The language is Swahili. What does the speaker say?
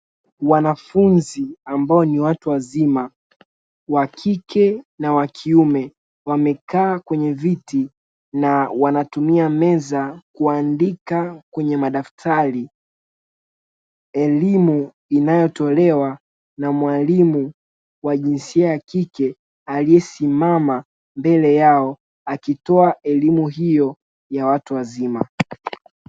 Wanafunzi ambao ni watu wazima, wakike na wakiume wamekaa kwenye viti na wanatumia meza kuandika kwenye madaftari. Elimu inayotolewa na mwalimu wa jinsia ya kike aliyesimama mbele yao akitoa elimu hiyo ya watu wazima.